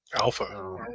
Alpha